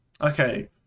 Okay